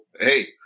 hey